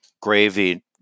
Gravy